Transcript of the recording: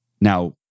Now